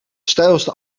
steilste